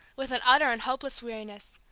with an utter and hopeless weariness.